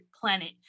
planet